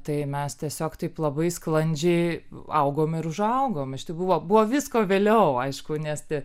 tai mes tiesiog taip labai sklandžiai augom ir užaugom šitai buvo buvo visko vėliau aišku nes tie